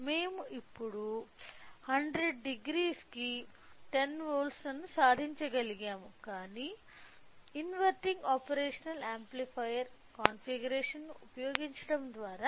మేము ఇప్పుడు 1000 కి 10 వోల్ట్లను సాధించగలిగాము కాని ఇది ఇన్వెర్టింగ్ ఆపరేషనల్ యాంప్లిఫైయర్ కాన్ఫిగరేషన్ను ఉపయోగించడం ద్వారా